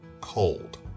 Cold